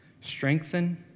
strengthen